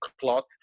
cloth